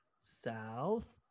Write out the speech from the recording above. south